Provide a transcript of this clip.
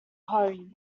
hurry